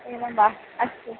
एवं वा अस्तु